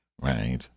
Right